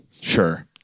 Sure